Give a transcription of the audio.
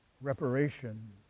reparation